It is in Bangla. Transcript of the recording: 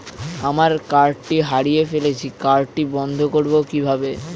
আমার কার্ডটি হারিয়ে ফেলেছি কার্ডটি বন্ধ করব কিভাবে?